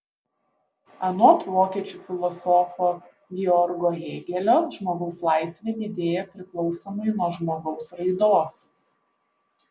anot vokiečių filosofo georgo hėgelio žmogaus laisvė didėja priklausomai nuo žmogaus raidos